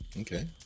Okay